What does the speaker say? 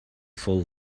full